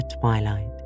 twilight